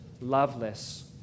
loveless